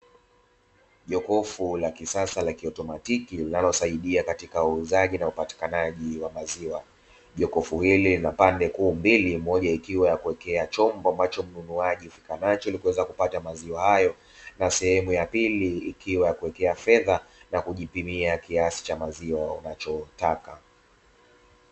Jokofu ya kisasa la kiautomatiki linalosaidia katika uuzaji na upatikanaji wa maziwa. Jokofu hili lina pande kuu mbili, moja ikiwa ya kuwekea chombo ambacho mnunuaji anafika nacho ili kuweza kupata maziwa hayo na sehemu ya pili ikiwa ya kuweka fedha na kujipimia kiasi cha maziwa unachotaka.